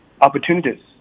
opportunities